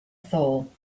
soul